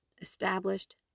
established